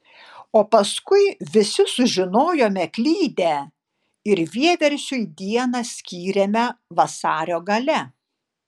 o paskui visi sužinojome klydę ir vieversiui dieną skyrėme vasario gale